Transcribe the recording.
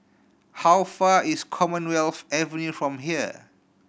how far is Commonwealth Avenue from here